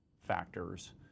factors